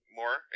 more